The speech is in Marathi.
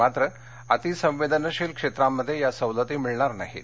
मात्र अतिसंवेदनशील क्षेत्रांमध्ये या सवलती मिळणार नाहीत